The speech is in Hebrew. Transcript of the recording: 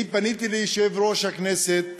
אני פניתי ליושב-ראש הכנסת